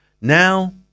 Now